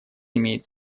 имеет